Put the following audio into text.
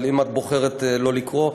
אבל אם את בוחרת לא לקרוא,